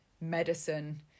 medicine